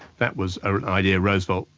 that was ah an idea roosevelt,